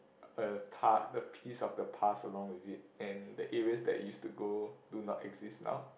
a pa~ the piece of the past along with it and the areas that used to go do not exist now